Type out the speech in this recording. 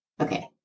okay